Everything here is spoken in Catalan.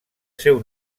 seu